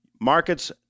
markets